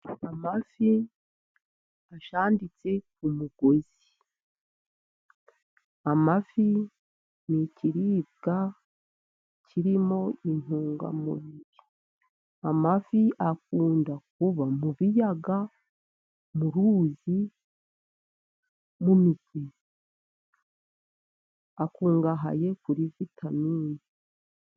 Amafi ashanditse ku mugozi. Amafi ni ikiribwa kirimo intungamubiri. Amafi akunda kuba mu biyaga, mu ruzi, mu migezi. Akungahaye kuri vitaminini.